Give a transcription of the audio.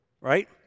right